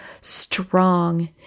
strong